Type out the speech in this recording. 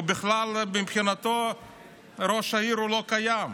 או בכלל מבחינתו ראש העירייה לא קיים.